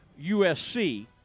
USC